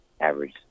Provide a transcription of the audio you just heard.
average